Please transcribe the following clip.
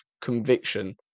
conviction